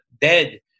dead